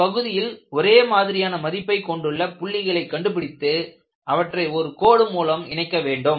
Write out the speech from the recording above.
இந்தப் பகுதியில் ஒரே மாதிரியான மதிப்பை கொண்டுள்ள புள்ளிகளை கண்டுபிடித்து அவற்றை ஒரு கோடு மூலம் இணைக்க வேண்டும்